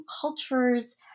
cultures